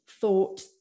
thought